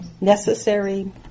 Necessary